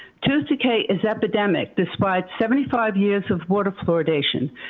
tooth decay is epidemic despite seventy five years of water fluoridation,